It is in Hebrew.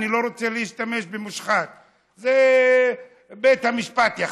אני לא רוצה להשתמש ב"מושחת"; את זה בית המשפט יחליט,